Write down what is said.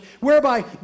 whereby